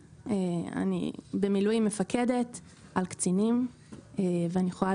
במילואים מפקדת על קצינים ואני יכולה